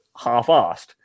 half-assed